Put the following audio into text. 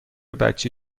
بچه